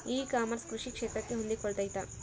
E commerce ಕೃಷಿ ಕ್ಷೇತ್ರಕ್ಕೆ ಹೊಂದಿಕೊಳ್ತೈತಾ?